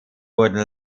wurden